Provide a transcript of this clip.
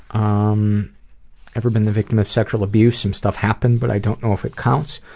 um every been the victim of sexual abuse? some stuff happened, but i don't know if it counts.